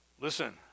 Listen